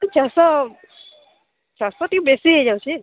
ଛଅଶହ ଛଅଶହ ଟିକେ ବେଶି ହୋଇଯାଉଛି